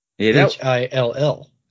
H-I-L-L